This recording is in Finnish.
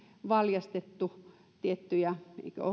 valjastettu tiettyjä